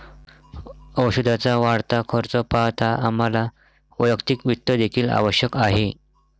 औषधाचा वाढता खर्च पाहता आम्हाला वैयक्तिक वित्त देखील आवश्यक आहे